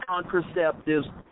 contraceptives